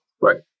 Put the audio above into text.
Right